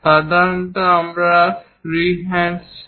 সাধারণত আমরা freehand sketch দিয়ে যাই